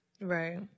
right